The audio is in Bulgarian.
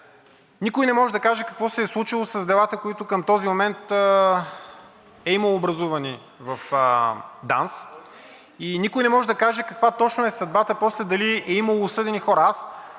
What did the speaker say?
никой не може да каже какво се е случило с делата, които към този момент е имало образувани в ДАНС и никой не може да каже каква точно е съдбата – после дали е имало осъдени хора? Аз